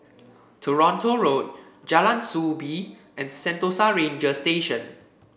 Toronto Road Jalan Soo Bee and Sentosa Ranger Station